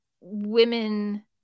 women